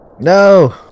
No